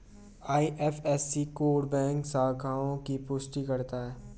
IFSC code bank शाखाओं की पुष्टि करता है